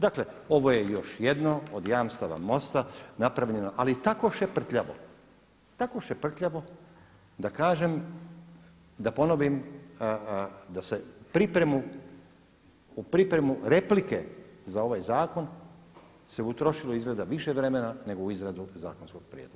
Dakle ovo je još jedno od jamstava MOST-a napravljeno ali tako šeprtljavo da kažem, da ponovim da se pripremu, u pripremu replike za ovaj zakon se utrošilo izgleda više vremena nego u izradu zakonskog prijedloga.